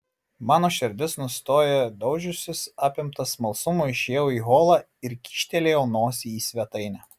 mano širdis nustojo daužiusis apimtas smalsumo išėjau į holą ir kyštelėjau nosį į svetainę